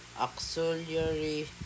auxiliary